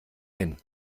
hin